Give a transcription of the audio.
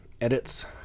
edits